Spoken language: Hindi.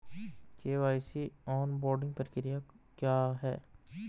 के.वाई.सी ऑनबोर्डिंग प्रक्रिया क्या है?